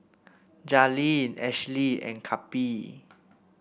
Jalynn Ashlie and Cappie